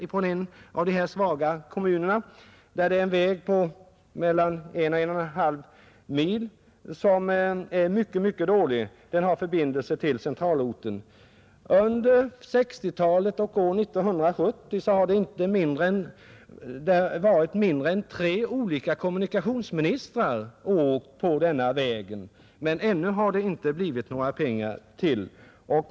I en av Regional utveckling dessa svaga kommuner har man en väg på mellan en och en och en halv mil som utgör förbindelse till centralorten och som är mycket dålig. Inte mindre än tre kommunikationsministrar har åkt på denna väg — det skedde under 1960-talet och senast förra året — men ännu har det inte anslagits några pengar till denna väg.